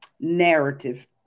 narrative